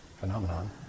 phenomenon